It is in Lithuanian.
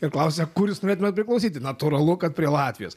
ir klausia kur jūs norėtumėt priklausyti natūralu kad prie latvijos